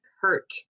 hurt